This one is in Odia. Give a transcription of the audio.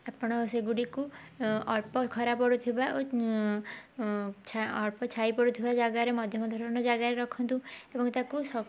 ଆପଣ ସେଗୁଡ଼ିକୁ ଅଳ୍ପ ଖରା ପଡ଼ୁଥିବା ଅଳ୍ପ ଛାଇ ପଡ଼ୁଥିବା ଜାଗାରେ ମଧ୍ୟମ ଧରଣର ଜାଗାରେ ରଖନ୍ତୁ ଏବଂ ତାକୁ